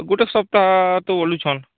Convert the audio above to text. ଗୋଟେ ସପ୍ତାହ ତ ବୋଲୁଛନ୍